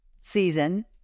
season